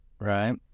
right